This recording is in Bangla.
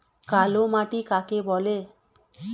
কালোমাটি কাকে বলে?